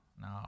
No